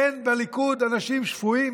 אין בליכוד אנשים שפויים